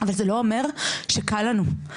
אבל זה לא אומר שקל לנו.